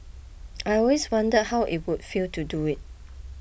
I always wondered how it would feel to do it